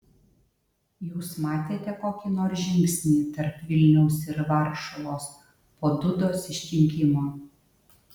jūs matėte kokį nors žingsnį tarp vilniaus ir varšuvos po dudos išrinkimo